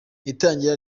itangira